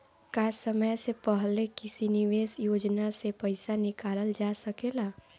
का समय से पहले किसी निवेश योजना से र्पइसा निकालल जा सकेला?